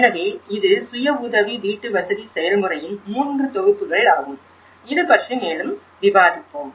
எனவே இது சுய உதவி வீட்டுவசதி செயல்முறையின் மூன்று தொகுப்புகள் ஆகும் இது பற்றி மேலும் விவாதிப்போம்